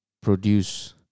produce